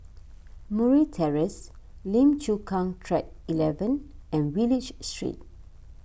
Murray Terrace Lim Chu Kang Track eleven and Wallich Street